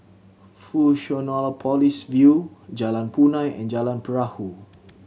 Fusionopolis View Jalan Punai and Jalan Perahu